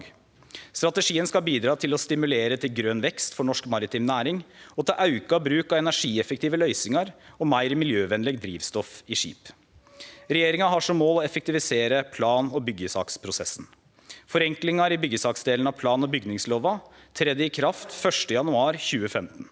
Strategien skal bidra til å stimulere til grøn vekst for norsk maritim næring og til auka bruk av energieffektive løysingar og meir miljøvennleg drivstoff i skip. Regjeringa har som mål å effektivisere plan- og byggjesaksprosessen. Forenklingar i byggjesaksdelen av plan- og bygningslova tredde i kraft 1. januar 2015.